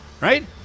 Right